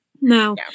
No